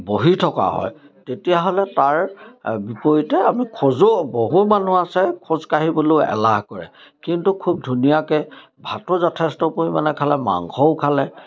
বহি থকা হয় তেতিয়াহ'লে তাৰ বিপৰীতে আমি খোজো বহু মানুহ আছে খোজকাঢ়িবলৈও এলাহ কৰে কিন্তু খুব ধুনীয়াকৈ ভাতো যথেষ্ট পৰিমাণে খালে মাংসও খালে